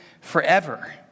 forever